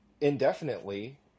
indefinitely